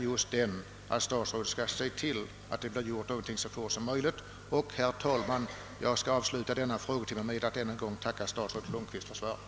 Herr talman! Jag tackar än en gång statsrådet Lundkvist för svaret.